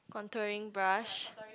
contouring brush